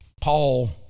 Paul